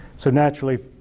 so naturally,